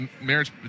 Marriage